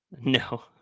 No